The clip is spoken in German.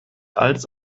als